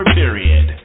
period